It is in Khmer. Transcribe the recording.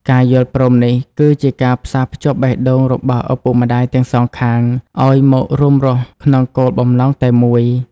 ការយល់ព្រមនេះគឺជាការផ្សារភ្ជាប់បេះដូងរបស់ឪពុកម្ដាយទាំងសងខាង ឱ្យមករួមរស់ក្នុងគោលបំណងតែមួយ។